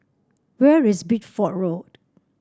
where is Bideford Road